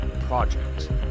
project